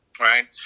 right